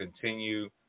continue